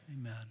Amen